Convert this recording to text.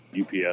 UPS